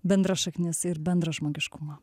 bendras šaknis ir bendrą žmogiškumą